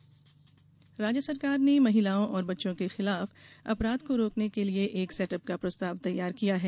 अपराध set up राज्य सरकार ने महिलाओं और बच्चों के खिलाफ अपराध को रोकने के लिए एक सेट अप का प्रस्ताव तैयार किया है